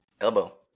Elbow